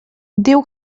diu